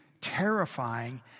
terrifying